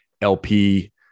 LP